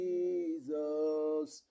Jesus